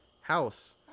house